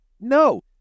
No